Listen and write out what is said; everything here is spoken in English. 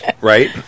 right